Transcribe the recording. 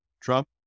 Trump